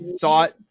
thought